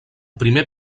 primer